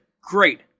great